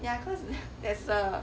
ya cause there's a